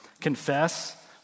Confess